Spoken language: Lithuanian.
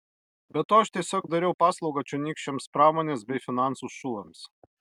be to aš tiesiog dariau paslaugą čionykščiams pramonės bei finansų šulams